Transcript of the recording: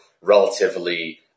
relatively